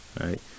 Right